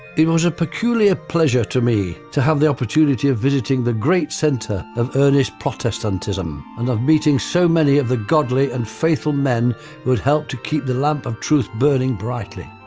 it was a peculiar pleasure to me to have the opportunity of visiting the great centre of earnest protestantism, and meeting so many of the godly and faithful men who had helped to keep the lamp of truth burning brightly.